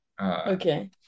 Okay